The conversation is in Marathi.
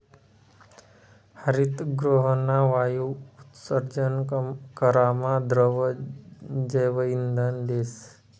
हरितगृहना वायु उत्सर्जन करामा द्रव जैवइंधन देस